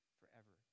forever